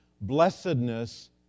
Blessedness